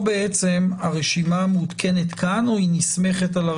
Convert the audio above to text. בעצם הרשימה המעודכנת כאן או היא נסמכת על הרשימה?